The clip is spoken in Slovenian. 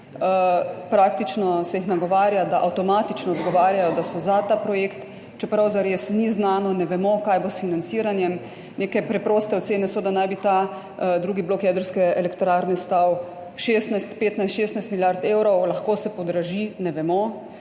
Praktično se jih nagovarja, da avtomatično odgovarjajo, da so za ta projekt, čeprav zares ni znano, ne vemo, kaj bo s financiranjem. Neke preproste ocene so, da naj bi ta drugi blok jedrske elektrarne stal 15, 16 milijard evrov, lahko se podraži. Ne vemo,